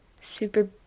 super